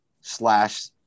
slash